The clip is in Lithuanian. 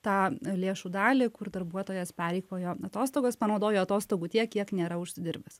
tą lėšų dalį kur darbuotojas pereikvojo atostogos panaudojo atostogų tiek kiek nėra užsidirbęs